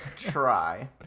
try